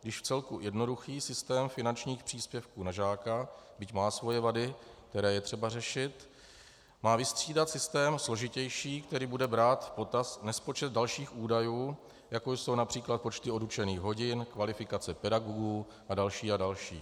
Již vcelku jednoduchý systém finančních příspěvků na žáka, byť má svoje vady, které je třeba řešit, má vystřídat systém složitější, který bude brát v potaz nespočet dalších údajů, jako jsou například počty odučených hodin, kvalifikace pedagogů a další a další.